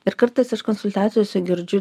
ir kartais aš konsultacijose girdžiu